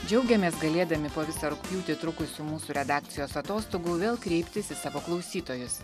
džiaugiamės galėdami po visą rugpjūtį trukusių mūsų redakcijos atostogų vėl kreiptis į savo klausytojus